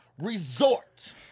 resort